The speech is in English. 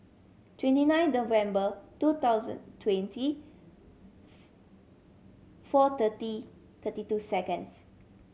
twenty nine November two thousand twenty four thirty thirty two seconds